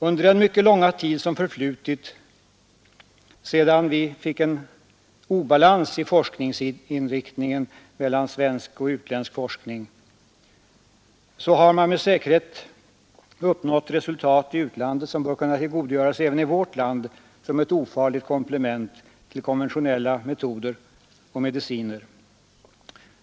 Under den mycket långa tid som förflutit med denna obalans i forskningsinriktningen mellan svensk och utländsk forskning har man med säkerhet uppnått resultat i utlandet som bör kunna tillgodogöras även i vårt land som ett ofarligt komplement till konventionella metoder och mediciner.